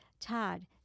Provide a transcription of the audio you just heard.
Todd